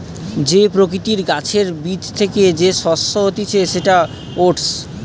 যে প্রকৃতির গাছের বীজ থ্যাকে যে শস্য হতিছে সেটা ওটস